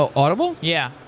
ah audible? yeah.